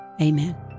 Amen